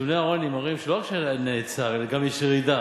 נתוני העוני מראים שלא רק שנעצר, אלא גם יש ירידה.